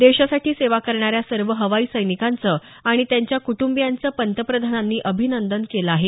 देशासाठी सेवा करणाऱ्या सर्व हवाई सैनिकांचं आणि त्यांच्या कुटंबीयांचं पंतप्रधानांनी अभिनंदन केलं आहे